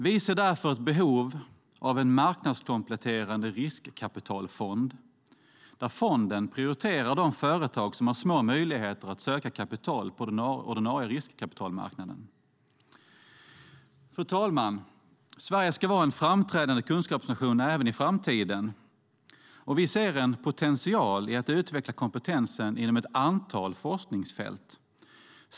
Vi ser därför ett behov av en marknadskompletterande riskkapitalfond, där fonden prioriterar de företag som har små möjligheter att söka kapital på den ordinarie riskkapitalmarknaden. Fru talman! Sverige ska vara en framträdande kunskapsnation även i framtiden, och vi ser en potential i att utveckla kompetensen inom ett antal forskningsfält.